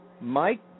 Mike